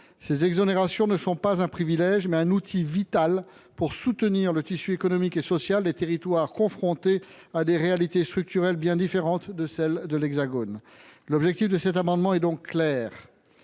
Ces exonérations sont non pas un privilège, mais un outil vital pour soutenir le tissu économique et social de territoires confrontés à des réalités structurelles bien différentes de celles de l’Hexagone. Notre objectif est clair